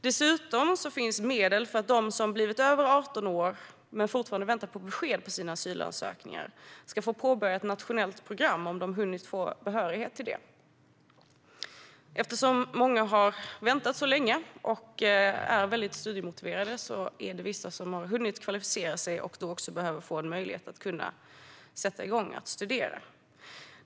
Dessutom finns medel för att de som har blivit över 18 år och som fortfarande väntar på besked på sina asylansökningar ska få påbörja ett nationellt program om de har hunnit få behörighet till det. Eftersom många har väntat så länge och är mycket studiemotiverade har vissa hunnit kvalificera sig och behöver få en möjlighet att sätta igång och studera.